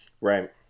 Right